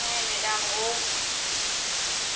হ্যাঁ ম্যাডাম ও